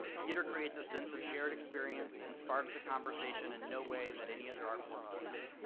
theater creates a sense of shared experience and sparks a conversation in no way that any other art form can.